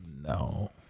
No